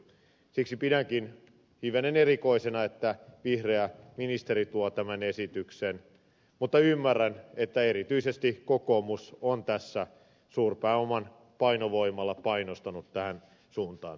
siksi pidänkin hivenen erikoisena että vihreä ministeri tuo tämän esityksen mutta ymmärrän että erityisesti kokoomus on tässä suurpääoman painovoimalla painostanut tähän suuntaan